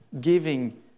giving